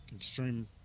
extreme